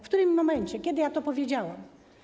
W którym momencie, kiedy to powiedziałam?